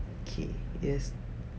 okay it has